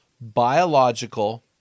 biological